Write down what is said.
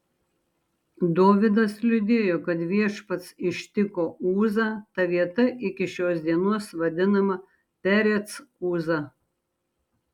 dovydas liūdėjo kad viešpats ištiko uzą ta vieta iki šios dienos vadinama perec uza